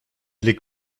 les